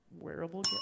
Wearable